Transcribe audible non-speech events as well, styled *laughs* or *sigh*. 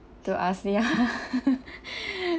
don't ask me ah *laughs*